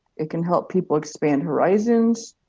it can help people expand horizons,